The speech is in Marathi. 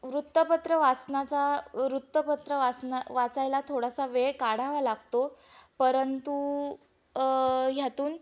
वृत्तपत्र वाचनाचा वृत्तपत्र वाचना वाचायला थोडासा वेळ काढावा लागतो परंतु ह्यातून